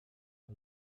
ist